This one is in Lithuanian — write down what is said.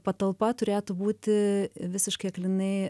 patalpa turėtų būti visiškai aklinai